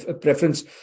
preference